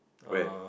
when